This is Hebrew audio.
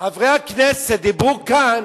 חברי הכנסת דיברו כאן